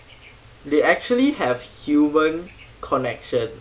they actually have human connection